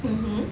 mmhmm